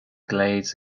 glades